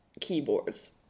keyboards